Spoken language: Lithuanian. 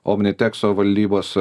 omnitekso valdybos